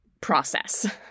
process